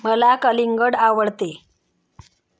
मला कलिंगड आवडते